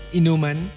inuman